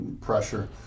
pressure